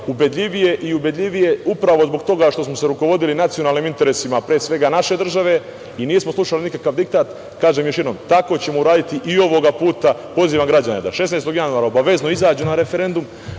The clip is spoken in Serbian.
ubedljivije i ubedljivije upravo zbog toga što smo se rukovodili nacionalnim interesima, pre svega naše države i nismo slušali nikakav diktat. Kažem još jednom, tako ćemo uraditi i ovoga puta. Pozivam građane da 16. januara obavezno izađu na referendum,